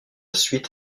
suite